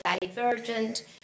divergent